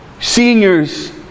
Seniors